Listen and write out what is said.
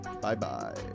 Bye-bye